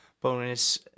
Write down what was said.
bonus